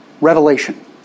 Revelation